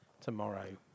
tomorrow